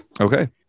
Okay